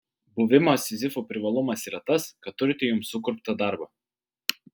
buvimo sizifu privalumas yra tas kad turite jums sukurptą darbą